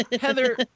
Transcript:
heather